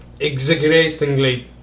exaggeratingly